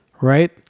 Right